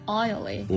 oily